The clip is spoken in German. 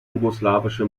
jugoslawische